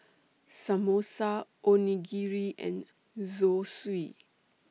Samosa Onigiri and Zosui